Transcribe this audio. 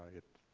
it,